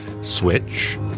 Switch